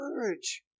courage